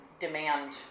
demand